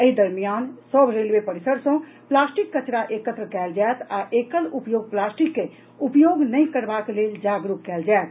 एहि दरमियान सभ रेलवे परिसर सँ प्लास्टिक कचरा एकत्र कयल जायत आ एकल उपयोग प्लास्टिक के उपयोग नहि करबाक लेल जागरूक कयल जायत